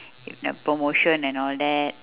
if uh promotion and all that